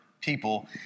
people